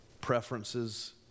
preferences